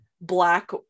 black